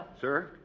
Sir